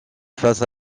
face